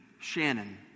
Shannon